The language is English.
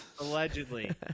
allegedly